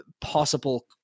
possible –